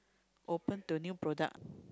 open to new product